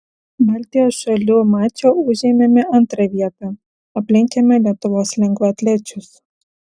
baltijos šalių mače užėmėme antrą vietą aplenkėme lietuvos lengvaatlečius